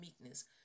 meekness